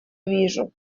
вижу